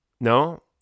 No